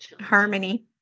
harmony